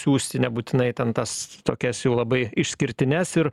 siųsti nebūtinai ten tas tokias jau labai išskirtines ir